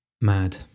mad